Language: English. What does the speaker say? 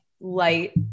light